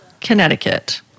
Connecticut